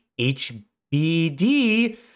HBD